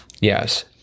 Yes